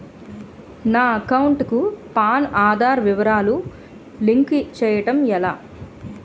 నా అకౌంట్ కు పాన్, ఆధార్ వివరాలు లింక్ చేయటం ఎలా?